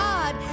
God